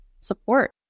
support